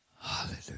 Hallelujah